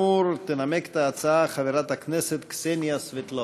תנמק את ההצעה חברת הכנסת קסניה סבטלובה.